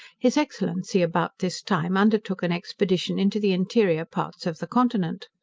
his excellency about this time undertook an expedition into the interior parts of the continent.